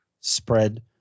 spread